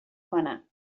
کنم